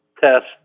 test